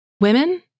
Women